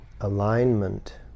alignment